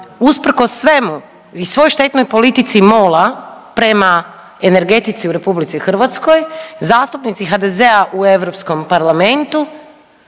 usprkos svemu i svoj štetnoj politici MOL-a prema energetici u RH zastupnici HDZ-a u Europskom parlamentu